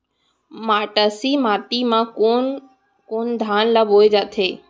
मटासी माटी मा कोन कोन धान ला बोये जाथे?